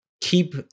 keep